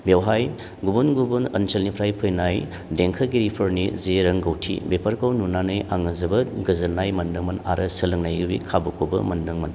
बेवहाय गुबुन गुबुन ओनसोलनिफ्राय फैनाय देंखोगिरिफोरनि जे रोंगौथि बेफोरखौ नुनानै आङो जोबोद गोजोननाय मोनदोंमोन आरो सोलोंनायनि खाबुखौबो मोनदोंमोन